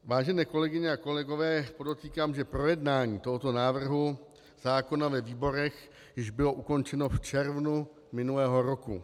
Vážené kolegyně a kolegové, podotýkám, že projednání tohoto návrhu zákona ve výborech již bylo ukončeno v červnu minulého roku.